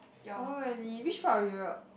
oh really which part of Europe